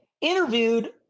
interviewed